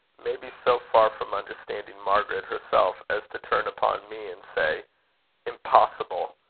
may be so far from understanding margaret herself, as to turn upon me and say impossible!